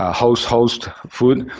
ah host host food.